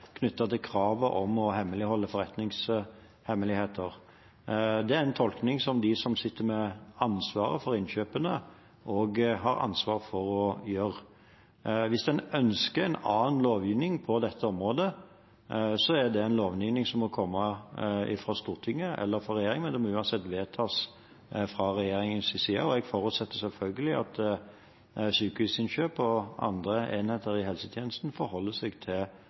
til kravet om å hemmeligholde forretningshemmeligheter. Det er en tolkning som de som sitter med ansvaret for innkjøpene, også har ansvar for å gjøre. Hvis en ønsker en annen lovgivning på dette området, må det komme fra Stortinget eller fra regjeringen, men det må uansett vedtas fra regjeringens side – og jeg forutsetter selvfølgelig at Sykehusinnkjøp og andre enheter i helsetjenesten forholder seg til